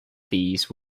these